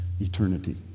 eternity